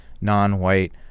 non-white